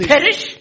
Perish